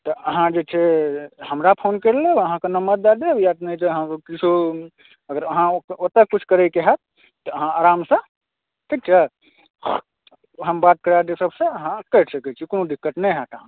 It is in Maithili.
तऽ अहाँ जे छै हमरा फ़ोन करी अहाँकेॅं नम्बर दय देब या नहि तऽ अगर अहाँ ओतऽ कुछ करैक हैत तऽ अहाँ आरामसं ठीक छै हमरके या कोनो दोसरसे अहाँ करि सकै छी कोनो दिक़्क़त नहि हैत अहाँकेॅं